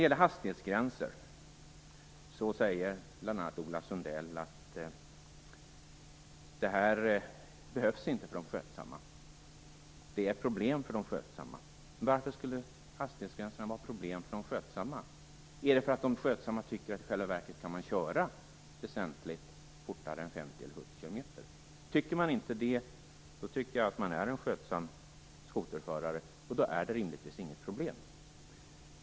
Ola Sundell, bl.a., säger att hastighetsgränser inte behövs för de skötsamma. Det är ett problem för de skötsamma. Varför skulle hastighetsgränserna vara ett problem för de skötsamma? Är det för att de skötsamma i själva verket tycker att man kan köra väsentligt fortare än 50 eller 70 km/tim? Tycker man inte det tycker jag att man är en skötsam skoterförare, och då är det rimligtvis inget problem.